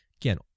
again